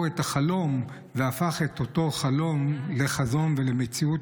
את החלום והפך את אותו חלום לחזון ולמציאות.